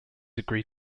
agreed